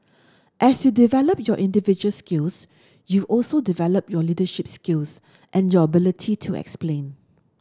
as you develop your individual skills you also develop your leadership skills and your ability to explain